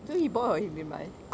so he bought or he didn't buy